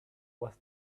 was